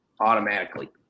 automatically